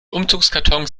umzugskartons